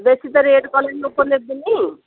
ବେଶୀ ତ ରେଟ୍ କଲେ ଲୋକ ନେବେନି